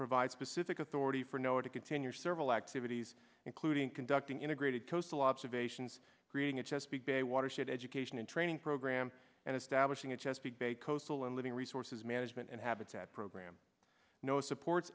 provide specific authority for no to continue or several activities including conducting integrated coastal observations creating a chesapeake bay watershed education and training program and establishing a chesapeake bay coastal and living resources management and habitat program no supports